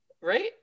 Right